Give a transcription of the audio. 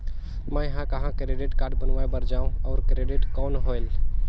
मैं ह कहाँ क्रेडिट कारड बनवाय बार जाओ? और क्रेडिट कौन होएल??